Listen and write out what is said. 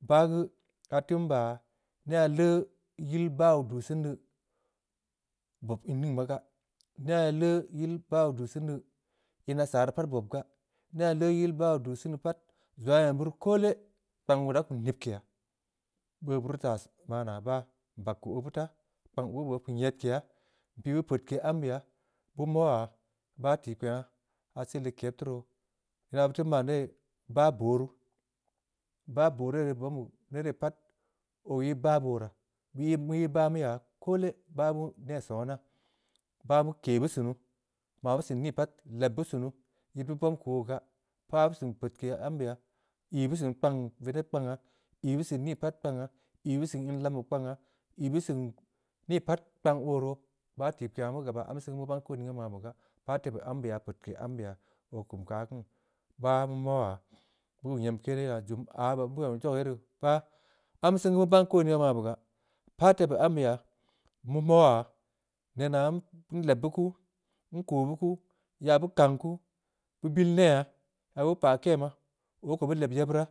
Bah geu, artin nbaa ya, neyha leu yil bah oo duu sen dii, bob in ning ma gaa. neyha leu yil bah oo duu sen dii, ina saa rii pat bob gaa, neyha leu yill bah oo duu sen dii pat, zong aah em beuri koole, kpang oo da kum nibkeya. beuno beu tii baa naa, bah nbag keu obeu taa. kpang abube oo kum keu nyedkeya, npii beu peudke ambeya, beu moya, bah tikpenha. aah sil dii ked teu roo. ina beu teu man ye. bah boruu. bah boruu ye rii bobn beu. ner pat boo ii bah ooraa, mu ii-mu ii bah meu yaa, koole, bah beu neh sona, bah meu ke mu sunu, maa meu seun nii pat, leb beu sunu. yid beu bom keu oo gaa, pah beu seun peudke ambeya. vii beu seun kpang vaneb kpangha, ii beu seun nii pat kangha, ii beu seun in lambe kpangha, ii beu seun nii pat kpang oo roo, bah tikpengha beu gab ya am sen geu beu ban koo inning maa maan be gaa, npa tebeu ambey peudke ambeya. oo kum keu aah kiin, bah beu moya, beu teu keu na zuum, aah bob nyem zogo ye rii, bah. am sen geu, bah beu ban ko in ning maa man be gaa. npah tebeu ambeya. mu moya, nenaa nleb beu ku, nkoo beu kuu. ya beu kang kuu, bue bil neyha. ya beu pah kemaa, obeu ko beu leb yebeuraa.